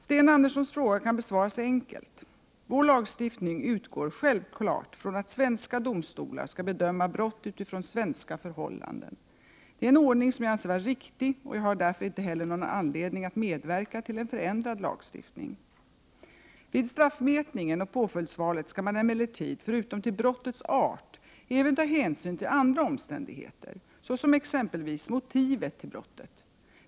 Sten Anderssons fråga kan besvaras enkelt. Vår lagstiftning utgår självklart från att svenska domstolar skall bedöma brott utifrån svenska förhållanden. Det är en ordning som jag anser vara riktig, och jag har därför inte heller någon anledning att medverka till en förändrad lagstiftning. Vid straffmätningen och påföljdsvalet skall man emellertid, förutom till brottets art, även ta hänsyn till andra omständigheter, såsom exempelvis motivet till brottet.